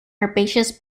herbaceous